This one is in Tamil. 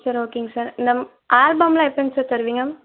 சரி ஓகேங்க சார் ஆல்பம்லாம் எப்போங்க சார் தருவீங்க